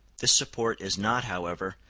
this support is not, however,